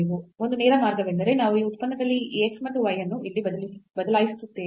ಒಂದು ನೇರ ಮಾರ್ಗವೆಂದರೆ ನಾವು ಈ ಉತ್ಪನ್ನದಲ್ಲಿ ಈ x ಮತ್ತು y ಅನ್ನು ಇಲ್ಲಿ ಬದಲಾಯಿಸುತ್ತೇವೆ